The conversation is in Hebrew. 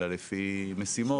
אלא לפי משימות,